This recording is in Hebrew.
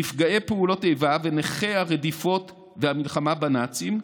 נפגעי פעולות איבה ונכי רדיפות הנאצים והמלחמה בנאצים,